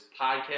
podcast